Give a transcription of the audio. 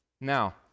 now